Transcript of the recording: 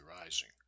rising